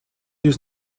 dies